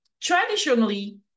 traditionally